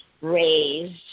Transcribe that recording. raised